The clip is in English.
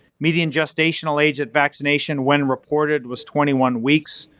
median gestational age at vaccination when reported was twenty one weeks.